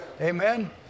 Amen